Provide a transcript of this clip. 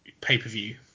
pay-per-view